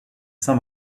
saint